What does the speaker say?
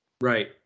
Right